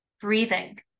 breathing